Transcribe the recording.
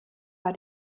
war